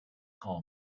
call